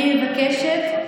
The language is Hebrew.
אני מבקשת.